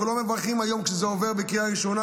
אנחנו לא מברכים היום כשזה עובר בקריאה ראשונה,